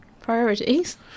Priorities